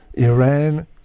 Iran